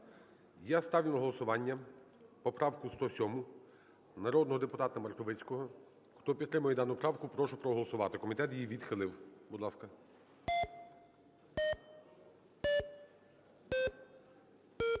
Я ставлю на голосування поправку 107 народного депутата Мартовицького. Хто підтримує дану правку, прошу проголосувати, комітет її відхилив. Будь ласка.